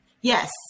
Yes